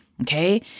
Okay